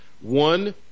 one